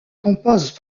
compose